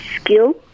skill